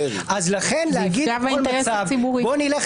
זה יפגע באינטרס הציבורי.